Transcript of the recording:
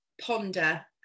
ponder